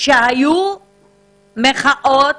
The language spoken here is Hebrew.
שהיו מחאות